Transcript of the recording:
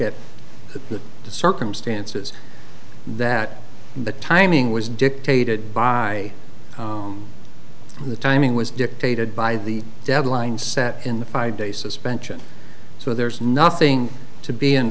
at the circumstances that the timing was dictated by the timing was dictated by the deadline set in the five day suspension so there's nothing to be